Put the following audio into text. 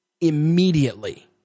immediately